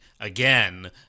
again